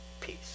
peace